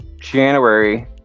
January